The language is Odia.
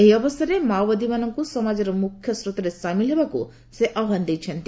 ଏହି ଅବସରରେ ମାଓବାଦୀମାନଙ୍କୁ ସମାଜର ମୁଖ୍ୟସ୍ରୋତରେ ସାମିଲ୍ କରିବାକୁ ସେ ଆହ୍ବାନ ଦେଇଥିଲେ